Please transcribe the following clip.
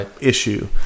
issue